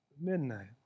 midnight